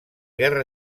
guerra